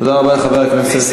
תודה רבה לחבר הכנסת זאב.